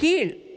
கீழ்